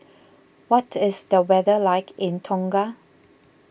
what is the weather like in Tonga